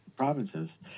provinces